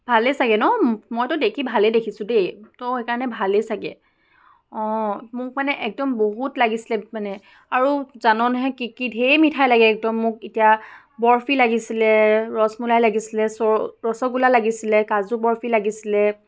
ভালেই চাগে ন মইতো দেখি ভালেই দেখিছোঁ দেই তো সেইকাৰণে ভালেই চাগে অঁ মোক মানে একদম বহুত লাগিছিলে মানে আৰু জান নহয় কি কি ঢেৰ মিঠাই লাগে একদম মোক এতিয়া বৰফি লাগিছিলে ৰসমলাই লাগিছিলে ছ ৰসগোল্লা লাগিছিলে কাজু বৰফি লাগিছিলে